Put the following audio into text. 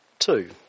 two